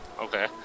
Okay